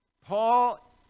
Paul